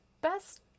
best